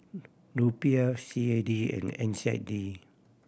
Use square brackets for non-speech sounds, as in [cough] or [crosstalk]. [noise] Rupiah C A D and N Z D